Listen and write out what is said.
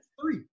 Three